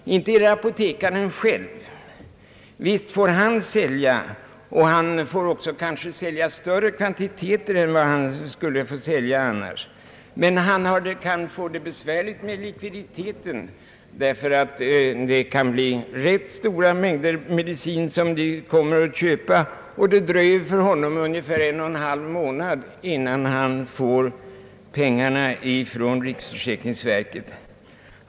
Inte är det apotekaren. Visst får han sälja — kanske t.o.m. större kvantiteter än annars — men han kan få besvär med likviditeten därför att det kan bli fråga om rätt stora mängder medicin och det dröjer ungefär en och en halv månad innan han får pengar från riksförsäkringsverket.